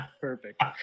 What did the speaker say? perfect